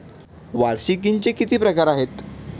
वार्षिकींचे किती प्रकार आहेत?